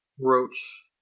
Roach